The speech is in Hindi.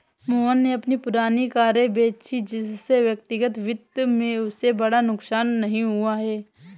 मोहन ने अपनी पुरानी कारें बेची जिससे व्यक्तिगत वित्त में उसे बड़ा नुकसान नहीं हुआ है